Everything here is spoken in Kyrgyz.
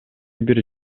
бир